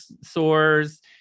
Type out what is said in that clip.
sores